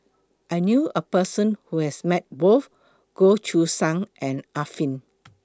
I knew A Person Who has Met Both Goh Choo San and Arifin